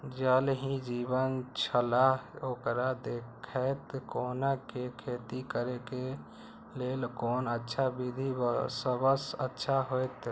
ज़ल ही जीवन छलाह ओकरा देखैत कोना के खेती करे के लेल कोन अच्छा विधि सबसँ अच्छा होयत?